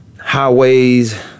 Highways